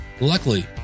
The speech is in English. Luckily